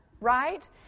right